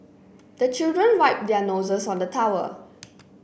the children wipe their noses on the towel